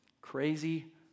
crazy